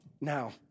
Now